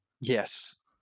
Yes